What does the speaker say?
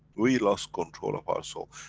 we lost control of our soul.